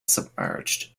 submerged